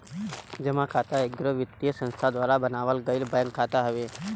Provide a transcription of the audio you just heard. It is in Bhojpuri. जमा खाता एगो वित्तीय संस्था द्वारा बनावल गईल बैंक खाता हवे